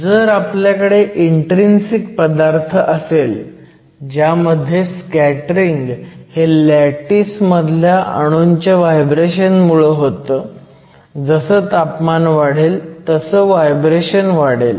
जर आपल्याकडे इन्ट्रीन्सिक पदार्थ असेल ज्यामध्ये स्कॅटरिंग हे लॅटिस मधल्या अणूंच्या व्हायब्रेशन मुळे होतं जसं तापमान वाढेल तसं व्हायब्रेशन वाढेल